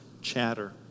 chatter